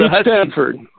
Stanford